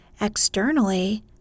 Externally